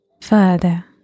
further